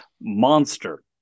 Monster